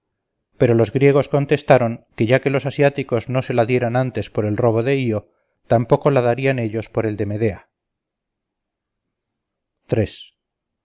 pero los griegos contestaron que ya que los asiáticos no se la dieran antes por el robo de io tampoco la darían ellos por el de